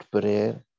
prayer